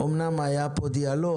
אמנם היה פה דיאלוג,